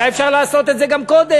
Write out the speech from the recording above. היה אפשר לעשות את זה גם קודם.